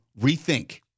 rethink